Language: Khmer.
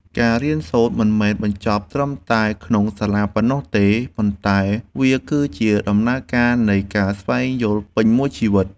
ការរៀនសូត្រមិនមែនបញ្ចប់ត្រឹមតែក្នុងសាលាប៉ុណ្ណោះទេ ប៉ុន្តែវាគឺជាដំណើរការនៃការស្វែងយល់ពេញមួយជីវិត។